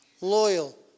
loyal